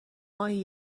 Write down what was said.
ماهی